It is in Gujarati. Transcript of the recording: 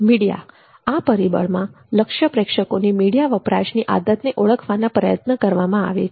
મીડિયા આ પરીબળમા લક્ષ્ય પ્રેક્ષકોની મીડિયા વપરાશની આદતને ઓળખવાના પ્રયત્નો કરવામાં આવે છે